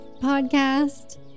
podcast